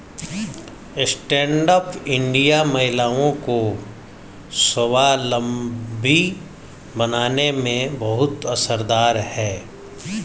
stand up India महिलाओं को स्वावलम्बी बनाने में बहुत असरदार है